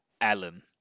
Alan